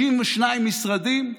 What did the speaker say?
52 משרדים?